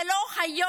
זה לא היום,